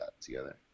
together